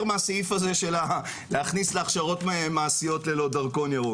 מהסעיף הזה של להכניס להכשרות מעשיות ללא דרכון ירוק,